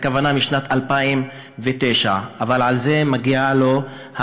והכוונה: משנת 2009. אבל על זה מגיעה לו הערכה,